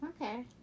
Okay